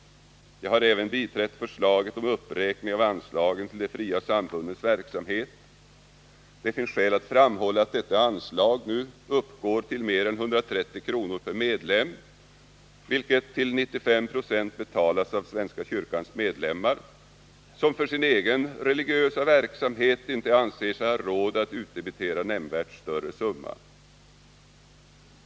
Jag har även biträtt förslagen om uppräkning av anslagen till de fria samfundens verksamhet. Det finns skäl att framhålla att detta anslag nu uppgår till mer än 130 kr. per medlem, vilket till 95 70 betalas av svenska kyrkans medlemmar, som för sin egen religiösa verksamhet inte anser sig ha råd att utdebitera nämnvärt större summa.